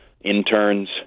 Interns